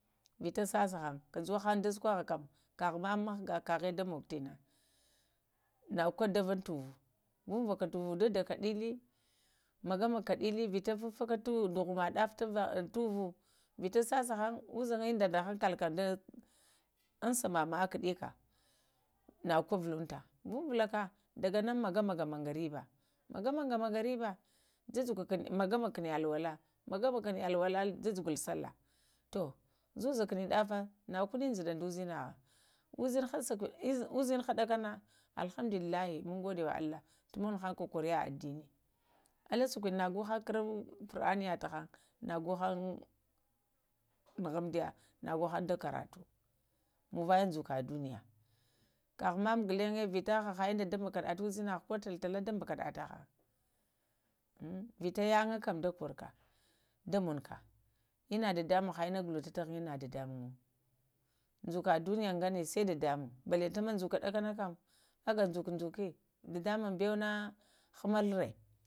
Vita sasəhaŋ, kajuwa haŋ da sukoha kam, kaha ma um mghga kaha da mogo təno nagwo ka da vun tuvu vuva ka tuvu dada ka tu dələ, magamaga ka ɗələ, vita fafaka dghuma dəfa tuva vita sasahan, ushangda da hankala kam da ansa mama əekaɗika nago ku vacunta, vuvulaka daga nan magama magama mangarəba, magama magamaga mangauba, jujugaka magakun alwala magakun alwala jujugun salah to, zəzakuŋ salah, zəharu kuɗa dafa magwo kune ŋdəaɗa da sakwiɗa, ushinha ɗakana alhamdulillahi tumonu kohariya adini, alə sakonɗe nago hang karawo karatun adənəya tahən gohang nuhuŋ əmdia nago haŋn da karatu, muŋvaya zəka duniya, kahama ghulanyə vita haha unda da monuka da zharha ko tala tala ɗə bukaɗata vita yanga kam koruka, da monuka ina dadamuŋn ha ina guluta taghaŋ dadamuŋmyo zəka duniya gannə saidadamuŋm balantan əmə dzəka ɗakanakam aga zaka dzəkwao dadamuŋm bayo na hamalrə